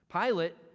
Pilate